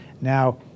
Now